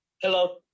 Hello